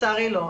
לצערי לא.